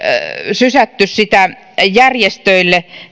sysätty sitä järjestöille